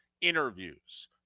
interviews